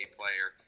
player